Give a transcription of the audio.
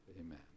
amen